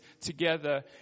together